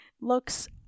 looks –